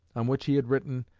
on which he had written,